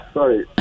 Sorry